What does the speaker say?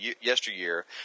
yesteryear